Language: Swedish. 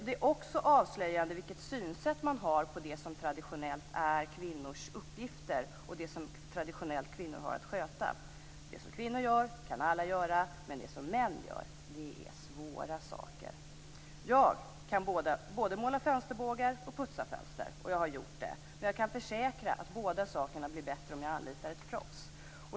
Det är också avslöjande vilket synsätt man har på det som traditionellt är kvinnors uppgifter och det som kvinnor traditionellt har att sköta. Det som kvinnor gör kan alla göra, men det som män gör, det är svåra saker. Jag kan både måla fönsterbågar och putsa fönster. Jag har gjort det. Men jag kan försäkra att båda sakerna blir bättre om jag anlitar ett proffs.